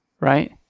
Right